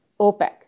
OPEC